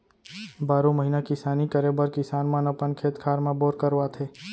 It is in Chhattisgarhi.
बारो महिना किसानी करे बर किसान मन अपन खेत खार म बोर करवाथे